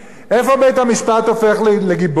איפה בית-המשפט הופך לגיבור?